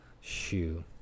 shoe